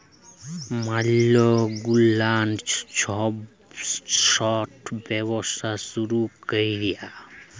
ম্যালা গুলান ছব ছট ব্যবসা শুরু ক্যরে